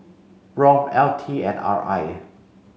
ROM L T and R I